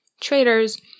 traders